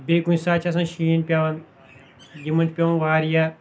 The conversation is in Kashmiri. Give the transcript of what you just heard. بیٚیہِ کُنہِ ساتہٕ چھُ آسان شیٖن پیوان یِمن چھُ پیوان واریاہ